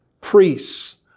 priests